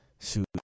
shoot